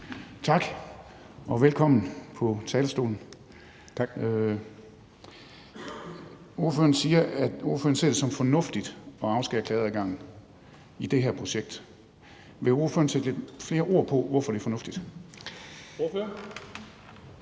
Tak. Og velkommen på talerstolen. Ordføreren siger, at ordføreren ser det som fornuftigt at afskære klageadgangen i det her projekt. Vil ordføreren sætte lidt flere ord på, hvorfor det er fornuftigt? Kl.